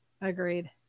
Agreed